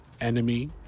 enemy